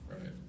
right